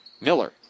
Miller